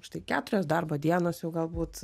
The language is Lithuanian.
štai keturios darbo dienos jau galbūt